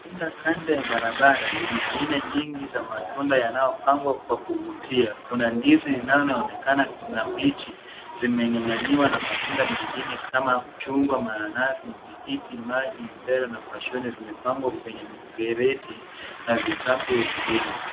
Runda kando ya barabara lenye aina nyingi za matunda yanayopangwa kwa kuvutia. Kuna ndizi linaloonekana na mbichi, zimeng'ang'aniwa na matunda mengine kama chungwa, mananasi, matikiti maji, mipera na pashoni zimepangwa kwenye mkereti an vikapu zingine.